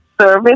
service